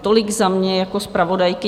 Tolik za mě jako zpravodajku.